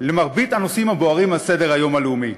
מרבית הנושאים הבוערים העומדים על סדר-היום הלאומי,